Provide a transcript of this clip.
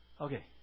Okay